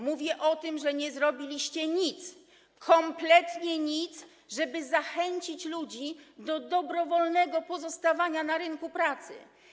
Mówię o tym, że nie zrobiliście kompletnie nic, żeby zachęcić ludzi do dobrowolnego pozostawania na rynku pracy.